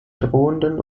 drohenden